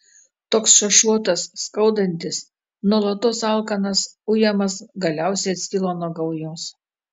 toks šašuotas skaudantis nuolatos alkanas ujamas galiausiai atskilo nuo gaujos